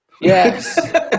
yes